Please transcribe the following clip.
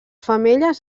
femelles